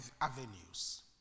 avenues